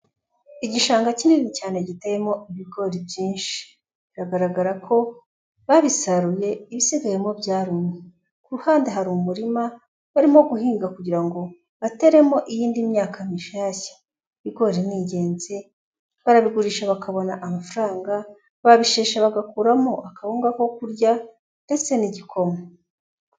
Igishanga kinini cyane giteyemo ibigori byinshi, biragaragara ko, babisaruye ibisigayemo byarumye, ku ruhande hari umurima, barimo guhinga kugira ngo bateremo iyindi myaka mishashya, ibigori ni ingenzi barabigurisha bakabona amafaranga, barabisheshe bagakuramo akawuga ko kurya, ndetse n'igikomo.